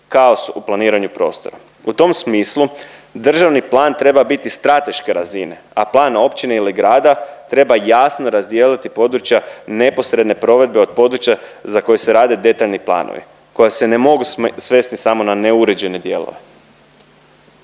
kaos u planiranju prostora. U tom smislu državni plan treba biti strateške razine, a plan općine ili grada treba jasno razdijeliti područja neposredne provedbe od područja za koje se rade detaljni planovi koji se ne mogu svesti samo na neuređene dijelove.